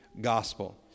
gospel